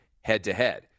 head-to-head